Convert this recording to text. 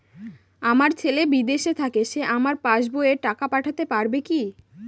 আমার ছেলে বিদেশে থাকে সে আমার পাসবই এ টাকা পাঠাতে পারবে কি?